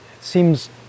seems